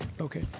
okay